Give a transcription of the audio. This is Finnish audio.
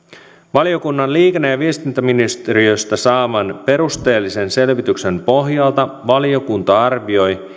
valiokunnan liikenne ja viestintäministeriöstä saaman perusteellisen selvityksen pohjalta valiokunta arvioi